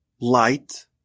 light